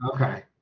Okay